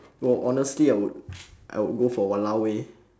oh honestly I would I would go for !walao! eh